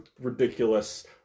ridiculous